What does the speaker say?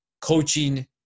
coaching